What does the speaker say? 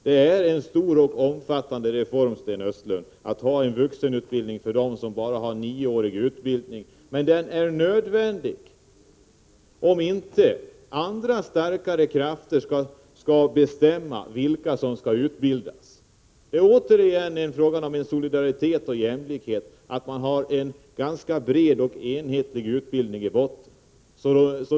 Det är en stor och omfattande reform, Sten Östlund, att ha vuxenutbildning för dem som bara har 9-årig utbildning. Men det är nödvändigt om inte andra och starkare krafter skall bestämma vilka som skall utbildas. En ganska bred och enhetlig utbildning i botten är återigen en fråga om solidaritet och jämlikhet.